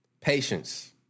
Patience